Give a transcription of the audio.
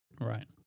Right